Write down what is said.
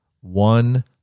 One